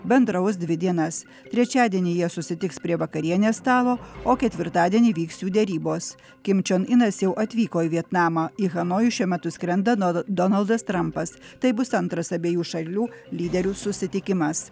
bendraus dvi dienas trečiadienį jie susitiks prie vakarienės stalo o ketvirtadienį vyks jų derybos kim čion inas jau atvyko į vietnamą į hanojų šiuo metu skrenda nodo donaldas trampas tai bus antras abiejų šalių lyderių susitikimas